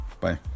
bye